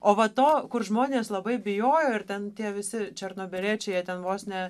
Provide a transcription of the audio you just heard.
o va to kur žmonės labai bijojo ir ten tie visi černobyliečiai jie ten vos ne